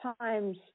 times